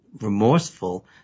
remorseful